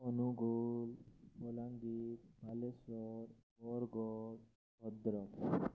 Angul Balangir Balasore Bargarh Bhadrak